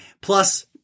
plus